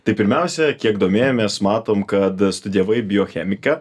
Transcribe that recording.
tai pirmiausia kiek domėjomės matom kad studijavai biochemikę